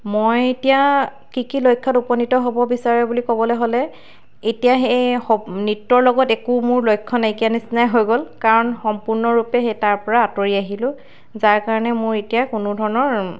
মই এতিয়া কি কি লক্ষ্যত উপনীত হ'ব বিচাৰোঁ বুলি ক'বলৈ হ'লে এতিয়া সেই নৃত্যৰ লগত একো লক্ষ্য নাইকিয়া নিচিনাই হৈ গ'ল কাৰণ সপূৰ্ণৰূপে সেই তাৰপৰা আঁতৰি আহিলোঁ যাৰ কাৰণে মোৰ এতিয়া কোনো ধৰণৰ